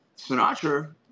Sinatra